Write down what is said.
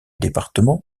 département